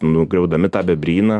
nugriaudami tą bebryną